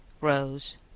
Rose